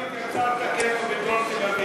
לנוכח האחריות יצרת גטו בדרום תל-אביב.